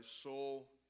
soul